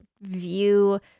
view